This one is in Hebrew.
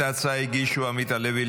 את ההצעה הגישו חברי הכנסת עמית הלוי,